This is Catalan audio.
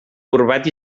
corbat